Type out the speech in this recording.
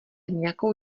nějakou